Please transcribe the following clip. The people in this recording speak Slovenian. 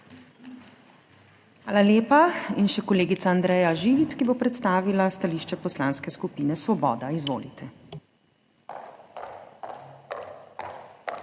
Hvala lepa. In še kolegica Andreja Živic, ki bo predstavila stališče Poslanske skupine Svoboda. Izvolite. **ANDREJA